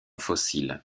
fossiles